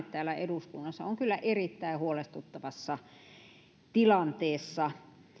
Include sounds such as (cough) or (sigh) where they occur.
(unintelligible) täällä eduskunnassa on kyllä erittäin huolestuttavassa tilanteessa